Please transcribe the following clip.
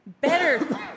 better